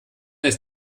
ist